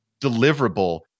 deliverable